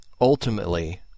Ultimately